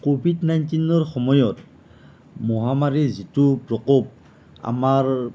Covid নাইনটিনৰ সময়ত মহামাৰীৰ যিটো প্ৰকোপ আমাৰ